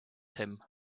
him